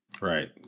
Right